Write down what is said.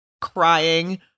crying